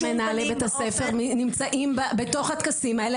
אבל מנהלי בתי הספר נמצאים בתוך הטקסים האלה,